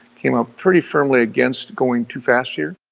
came up pretty firmly against going too fast here.